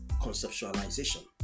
conceptualization